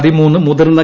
പതിമൂന്ന് മുതിർന്നു